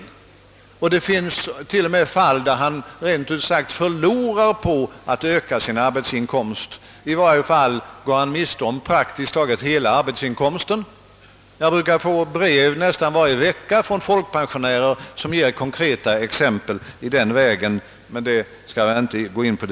Det finns t.o.m. fall då en folkpensionär förlorar på att öka sin arbetsinkomst eiler åtminstone mister han praktiskt taget hela arbetsinkomsten. Jag får nästan varje vecka brev från folkpensionärer, som ger konkreta exempel därpå, men det skall jag inte nu gå in på.